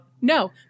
no